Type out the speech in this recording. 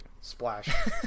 Splash